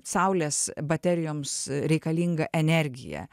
saulės baterijoms reikalingą energiją